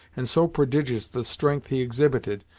and so prodigious the strength he exhibited,